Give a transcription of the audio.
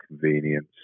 convenience